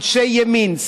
אנשי ימין,